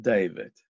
David